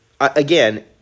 again